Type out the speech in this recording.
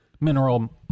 mineral